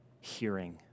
hearing